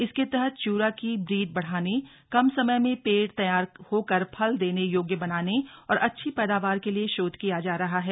इसके तहत च्य्रा की ब्रीड बढ़ाने कम समय मे पेड़ तैयार होकर फल देने योग्य बनाने और अच्छी पैदावार के लिए शोध किया जा रहा है